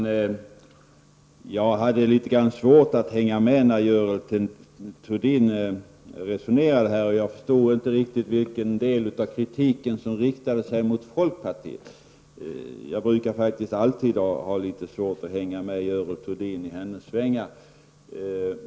Herr talman! Jag hade litet svårt att hänga med när Görel Thurdin resonerade här, och jag förstod inte riktigt vilken del av kritiken som riktade sig mot folkpartiet. Jag brukar faktiskt alltid ha litet svårt att hänga med i Görel Thurdins svängar.